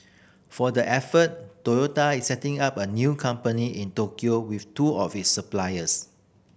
for the effort Toyota is setting up a new company in Tokyo with two of its suppliers